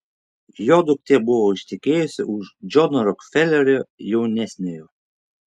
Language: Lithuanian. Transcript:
jo duktė buvo ištekėjusi už džono rokfelerio jaunesniojo